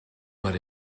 but